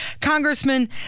Congressman